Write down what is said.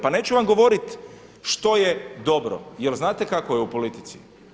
Pa neću vam govoriti što je dobro, jer znate kako je u politici.